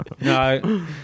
No